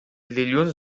dilluns